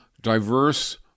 diverse